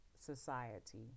society